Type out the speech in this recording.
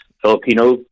Filipino